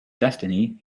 destiny